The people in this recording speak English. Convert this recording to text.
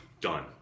done